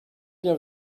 bien